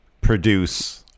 produce